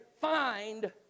find